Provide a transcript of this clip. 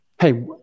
hey